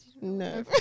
No